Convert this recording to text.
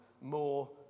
more